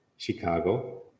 Chicago